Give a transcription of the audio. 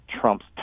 Trump's